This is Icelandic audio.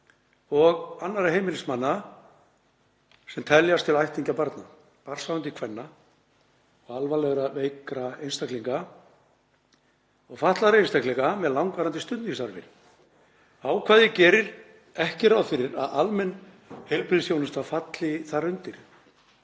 og annarra heimilismanna sem teljast til ættingja barna, barnshafandi kvenna, alvarlegra veikra einstaklinga og fatlaðra einstaklinga með langvarandi stuðningsþarfir. Ákvæðið gerir ekki ráð fyrir að almenn heilbrigðisþjónusta falli þar undir.